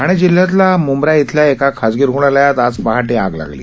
ठाणे जिल्ह्यातल्या मुंब्रा इथल्या एका खासगी रुग्णालयात आज पहाटे आग लागली